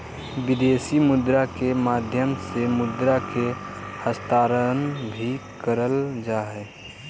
विदेशी मुद्रा के माध्यम से मुद्रा के हस्तांतरण भी करल जा हय